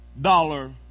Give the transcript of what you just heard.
dollar